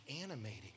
animating